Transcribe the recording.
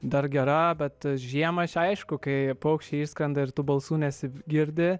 dar gera bet žiemą aišku kai paukščiai išskrenda ir tų balsų nesigirdi